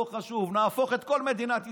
לא חשוב, נהפוך את כל מדינת ישראל.